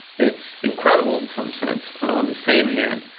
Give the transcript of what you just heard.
it's incredible, in some sense, and on the same hand,